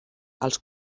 els